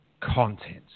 content